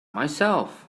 myself